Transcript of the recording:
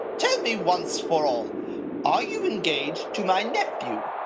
tell me once for all are you engaged to my nephew?